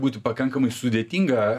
būti pakankamai sudėtinga